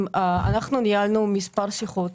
ניהלנו איתם מספר שיחות.